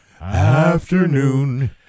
afternoon